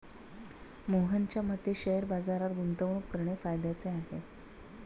मोहनच्या मते शेअर बाजारात गुंतवणूक करणे फायद्याचे आहे